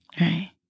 right